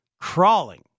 crawling